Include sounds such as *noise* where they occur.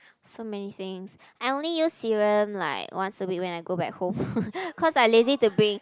so many things I only use serum like once a week when I go back home *laughs* cause I lazy to bring